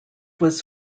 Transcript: was